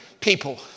people